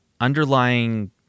underlying